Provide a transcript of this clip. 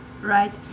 right